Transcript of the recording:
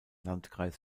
landkreis